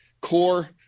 core